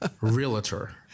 realtor